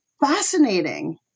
fascinating